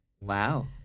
Wow